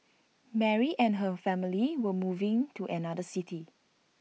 Mary and her family were moving to another city